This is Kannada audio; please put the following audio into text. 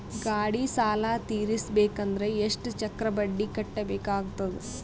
ಗಾಡಿ ಸಾಲ ತಿರಸಬೇಕಂದರ ಎಷ್ಟ ಚಕ್ರ ಬಡ್ಡಿ ಕಟ್ಟಬೇಕಾಗತದ?